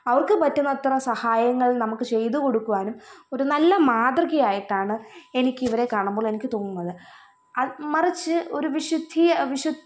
അവർക്ക് പറ്റുന്നത്ര സഹായങ്ങൾ നമുക്ക് ചെയ്തുകൊടുക്കുവാനും ഒരു നല്ല മാതൃകയായിട്ടാണ് എനിക്കിവരെ കാണുമ്പോൾ എനിക്ക് തോന്നുന്നത് അ മറിച്ച് ഒരു വിശുദ്ധീയ വിശുദ്ധ്